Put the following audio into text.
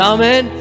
Amen